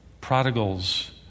prodigals